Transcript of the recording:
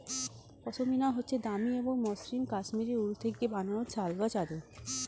পশমিনা হচ্ছে দামি এবং মসৃন কাশ্মীরি উল থেকে বানানো শাল বা চাদর